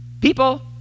People